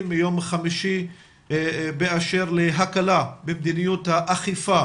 מיום חמישי באשר להקלה במדיניות האכיפה